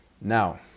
Now